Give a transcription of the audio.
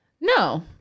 No